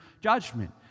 judgment